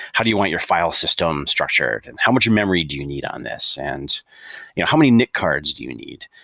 how do you want your file system structured? and how much memory do you need on this? and you know how many nip cards do you need?